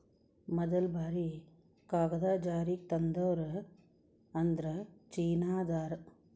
ಮದಲ ಬಾರಿ ಕಾಗದಾ ಜಾರಿಗೆ ತಂದೋರ ಅಂದ್ರ ಚೇನಾದಾರ